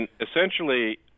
essentially